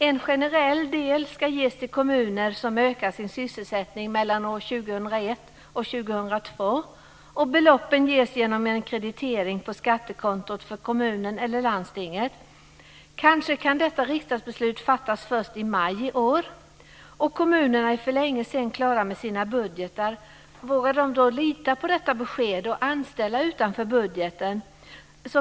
En generell del ska ges till kommuner som ökar sin sysselsättning mellan åren 2001 och 2002, och beloppen ges genom en kreditering på skattekontot för kommunen eller landstinget. Kanske kan detta riksdagsbeslut fattas först i maj i år, och kommunerna är då för länge sedan klara med sina budgetar. Vågar de då lita på detta besked och anställa utanför budgeten?